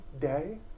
day